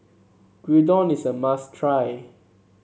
gyudon is a must try